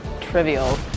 trivial